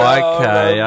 okay